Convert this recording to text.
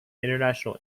international